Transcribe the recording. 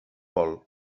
vol